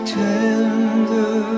tender